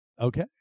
Okay